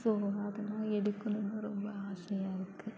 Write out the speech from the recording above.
so அதெல்லாம் edit பண்ணணும்னு ரொம்ப ஆசையாக இருக்குது